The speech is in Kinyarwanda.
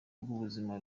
rw’ubuzima